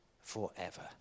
forever